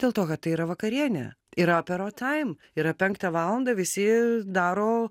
dėl to kad tai yra vakarienė yra apero taim yra penktą valandą visi daro